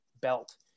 belt